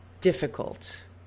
difficult